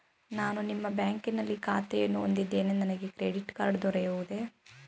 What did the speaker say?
ನಾನು ನಿಮ್ಮ ಬ್ಯಾಂಕಿನಲ್ಲಿ ಖಾತೆಯನ್ನು ಹೊಂದಿದ್ದೇನೆ ನನಗೆ ಕ್ರೆಡಿಟ್ ಕಾರ್ಡ್ ದೊರೆಯುವುದೇ?